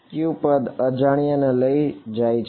ક્યુ પદ અજાણ્યા ને લઇ જાય છે